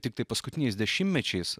tiktai paskutiniais dešimtmečiais